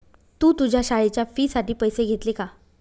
तू तुझ्या शाळेच्या फी साठी पैसे घेतले का?